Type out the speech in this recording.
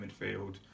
midfield